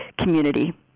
community